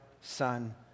Son